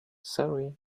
sorry